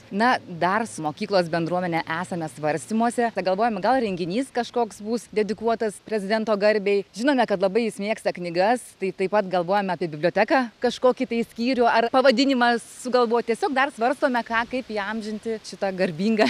na dar su mokyklos bendruomene esame svarstymuose galvojame gal renginys kažkoks bus dedikuotas prezidento garbei žinome kad labai jis mėgsta knygas tai taip pat galvojam apie biblioteką kažkokį tai skyrių ar pavadinimą sugalvot tiesiog dar svarstome ką kaip įamžinti šitą garbingą